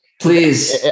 please